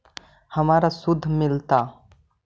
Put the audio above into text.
हमरा शुद्ध मिलता?